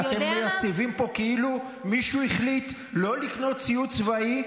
אתם מציגים פה כאילו מישהו החליט לא לקנות ציוד צבאי,